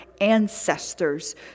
ancestors